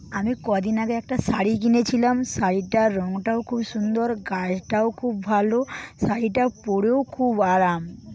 আমি কদিন আগে একটা শাড়ি কিনেছিলাম শাড়িটার রঙটাও খুব সুন্দর কাজটাও খুব ভালো শাড়িটা পরেও খুব আরাম